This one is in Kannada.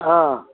ಆಂ